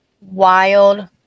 wild